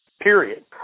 period